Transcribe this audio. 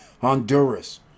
Honduras